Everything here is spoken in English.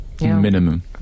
Minimum